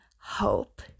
hope